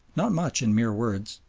not much in mere words,